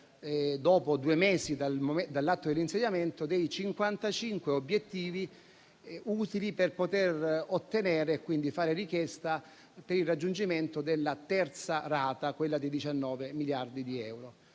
dopo due mesi dall'atto dell'insediamento, dei 55 obiettivi utili per poter fare richiesta - e quindi ottenere - per il raggiungimento della terza rata, di 19 miliardi di euro.